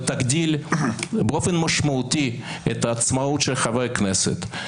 -- ותגדיל באופן משמעותי את העצמאות של חברי הכנסת.